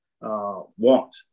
want